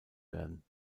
werden